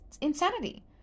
insanity